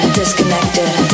disconnected